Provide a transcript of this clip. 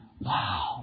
wow